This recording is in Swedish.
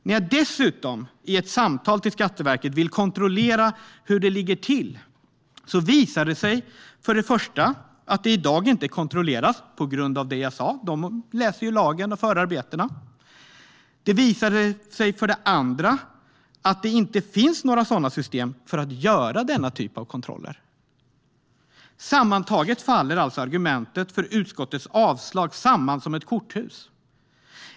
När jag dessutom i ett samtal till Skatteverket ville kontrollera hur det ligger till visade det sig för det första att detta inte kontrolleras i dag på grund av det jag sa - Skatteverket läser ju lagen och förarbetena - och för det andra att det inte finns några system för att göra denna typ av kontroller. Sammantaget faller alltså argumentet för utskottets avslag samman som ett korthus.